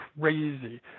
crazy